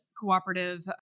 cooperative